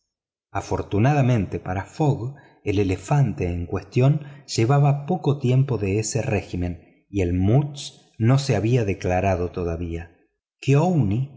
afortunadamente para fogg el elefante en cuestión llevaba poco tiempo de ese régimen y el muths no se había declarado todavía